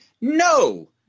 No